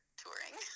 touring